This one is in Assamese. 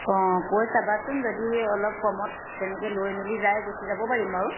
অঁ কৈ চাবাচোন যদি অলপ কমত তেনেকে লৈ মেলি যায় গুচি যাব পাৰিম বাৰু